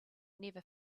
never